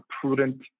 prudent